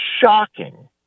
shocking